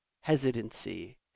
hesitancy